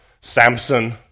Samson